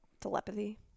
telepathy